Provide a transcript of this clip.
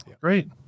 great